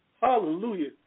Hallelujah